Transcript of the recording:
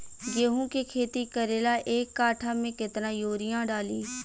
गेहूं के खेती करे ला एक काठा में केतना युरीयाँ डाली?